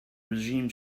regime